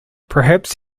perhaps